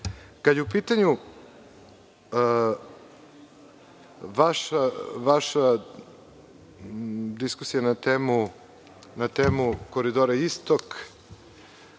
je u pitanju vaša diskusija na temu Koridora Istok,